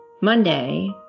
Monday